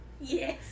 Yes